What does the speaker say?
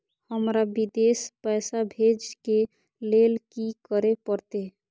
हमरा विदेश पैसा भेज के लेल की करे परते?